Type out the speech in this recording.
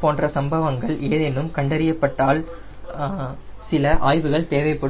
போன்ற சம்பவங்கள் ஏதேனும் ஏற்பட்டால் சில ஆய்வுகள் தேவைப்படும்